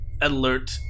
alert